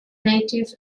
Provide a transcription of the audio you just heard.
native